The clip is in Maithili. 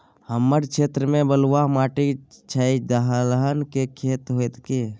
हमर क्षेत्र में बलुआ माटी छै, दलहन के खेती होतै कि?